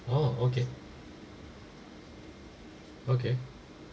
oh okay okay